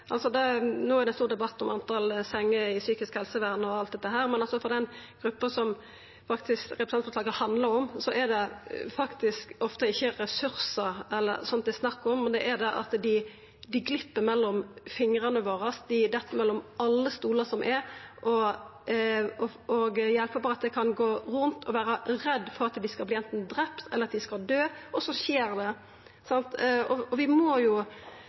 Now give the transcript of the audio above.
No er det stor debatt om talet på senger i psykisk helsevern og alt dette, men med tanke på den gruppa representantforslaget faktisk handlar om, er det ofte ikkje ressursar det er snakk om, men at dei glepp mellom fingrane våre, at dei dett mellom alle stolar som er. I hjelpeapparatet kan ein gå rundt og vera redde for at dei kan verta drepne eller døy, og så skjer det. Vi må få eit system som gjer at det ikkje, slik det skjer i nokre av sakene, eigentleg er brannvesenet som går inn og